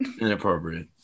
Inappropriate